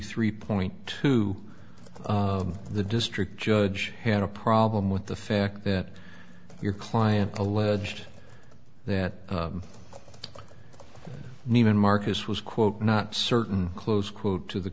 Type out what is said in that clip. three point two the district judge had a problem with the fact that your client alleged that neiman marcus was quote not certain close quote to the